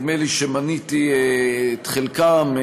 נדמה לי שמניתי את חלקם,